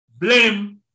Blame